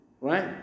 Right